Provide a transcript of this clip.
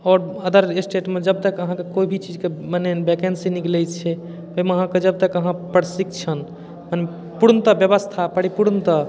आओर अदर स्टेटमे जबतक अहाँके कोइ भी चीजके मने वेकेंसी निकलै छै ओइमे अहाँके जबतक अहाँ प्रशिक्षण पूर्णतः व्यवस्था परिपूर्णतः